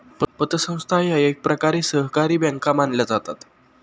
पतसंस्था या एकप्रकारे सहकारी बँका मानल्या जातात